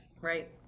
Right